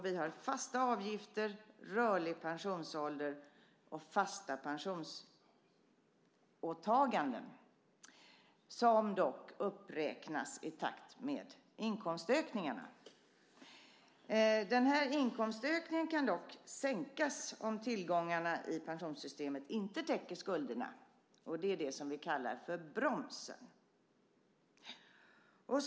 Vi har fasta avgifter, rörlig pensionsålder och fasta pensionsåtaganden som dock uppräknas i takt med inkomstökningarna. Inkomstökningen kan dock sänkas om tillgångarna i pensionssystemet inte täcker skulderna. Det är det som vi kallar för bromsen.